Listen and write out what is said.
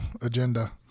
agenda